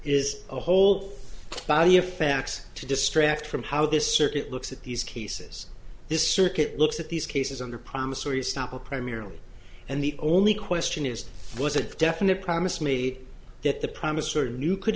is a whole body of facts to distract from how this circuit looks at these cases this circuit looks at these cases under promissory estoppel primarily and the only question is was a definite promise made that the promise or knew could